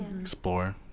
explore